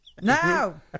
No